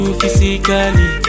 physically